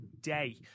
Day